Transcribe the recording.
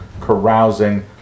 carousing